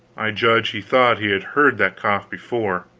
i judge he thought he had heard that cough before.